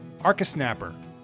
ArcaSnapper